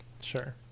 Sure